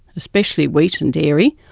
especially wheat and dairy,